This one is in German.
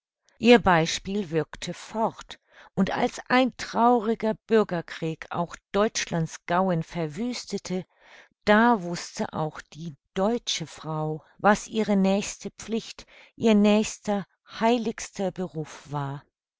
ihr beispiel wirkte fort und als ein trauriger bürgerkrieg auch deutschlands gauen verwüstete da wußte auch die deutsche frau was ihre nächste pflicht ihr nächster heiligster beruf war